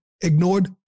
ignored